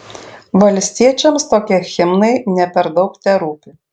valstiečiams tokie himnai ne per daug terūpi